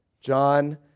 John